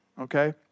Okay